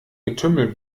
getümmel